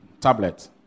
tablet